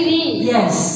Yes